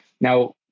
Now